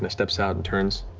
and steps out and turns.